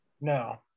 No